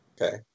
okay